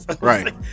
Right